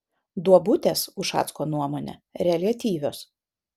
duobutės ušacko nuomone reliatyvios